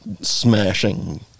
smashing